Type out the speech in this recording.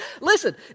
Listen